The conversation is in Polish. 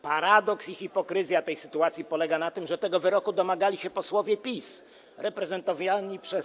Paradoks i hipokryzja tej sytuacji polega na tym, że tego wyroku domagali się posłowie PiS reprezentowani przez.